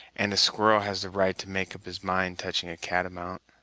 and a squirrel has a right to make up his mind touching a catamount.